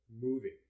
moving